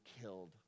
killed